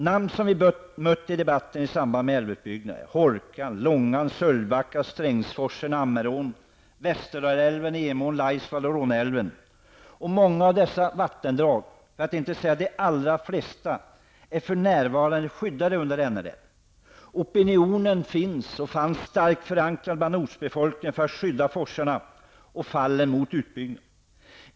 Namn som vi mött i debatten i samband med älvutbyggnader är Hårkan, Långan, Sölvbacka, Laisvall, Råneälven m.fl. Många av dessa vattendrag, för att inte säga de allra flesta, är för närvarande skyddade under NRL. Opinionen fanns och finns starkt förankrad bland ortsbefolkningen för att skydda forsarna och fallen mot utbyggnad.